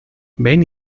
ven